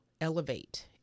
elevate